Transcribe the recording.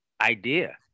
idea